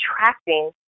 attracting